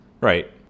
Right